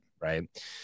Right